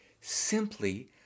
simply